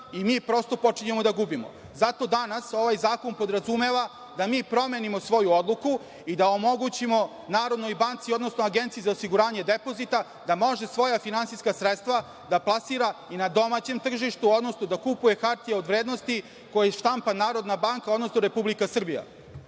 i mi prosto počinjemo da gubimo. Zato danas ovaj zakon podrazumeva da mi promenimo svoju odluku i da omogućimo Narodnoj banci, odnosno Agenciji za osiguranje depozita da može svoja finansijska sredstva da plasira i na domaćem tržištu, odnosno da kupuje hartije od vrednosti koje štampa Narodna banka odnosno Republika